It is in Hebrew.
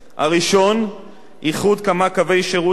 איחוד כמה קווי שירות למוניות לקו שירות אחד,